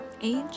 Age